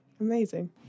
Amazing